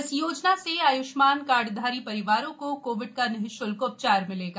इस योजना से आय्ष्मान कार्डधारी रिवारों को कोविड का निश्ल्क उ चार मिलेगा